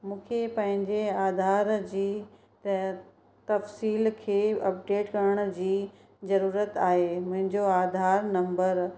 मूंखे पंहिंजे आधार जी तफ़्सीलु खे अपडेट करण जी ज़रूरत आहे मुंहिंजो आधार नम्बर